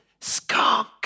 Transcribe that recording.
skunk